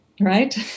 right